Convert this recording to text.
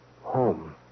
home